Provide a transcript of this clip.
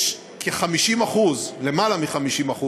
יש כ-50%, למעלה מ-50%,